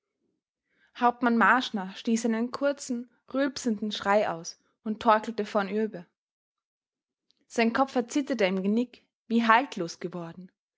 hauptmann marschner stieß einen kurzen rülpsenden schrei aus und torkelte vornüber sein kopf erzitterte im genick wie haltlos geworden